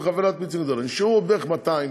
נשארו בערך 200,